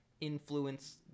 influence